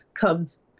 comes